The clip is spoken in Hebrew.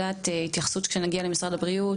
כשנגיע למשרד הבריאות,